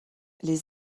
les